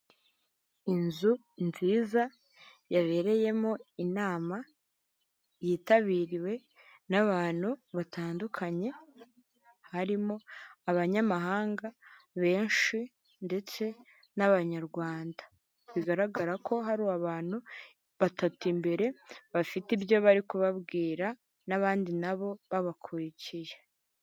Inzu nziza yabereyemo inama yitabiriwe n'abantu batandukanye, harimo abanyamahanga benshi ndetse n'abanyarwanda. Bigaragara ko hari abantu batatu mbere, bafite ibyo bari kubabwira n'abandi nabo babakurikiye.